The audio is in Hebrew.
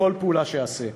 בכל פעולה שאעשה.